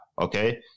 okay